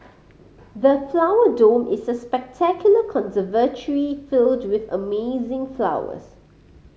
the Flower Dome is a spectacular conservatory filled with amazing flowers